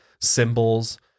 symbols